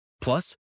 Plus